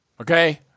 Okay